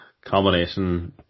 Combination